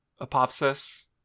Apophysis